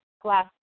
glass